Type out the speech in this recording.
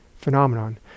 phenomenon